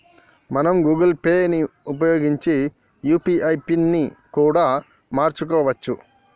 మనం Google Pay ని ఉపయోగించి యూ.పీ.ఐ పిన్ ని కూడా మార్చుకోవచ్చు